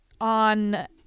on